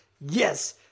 Yes